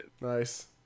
nice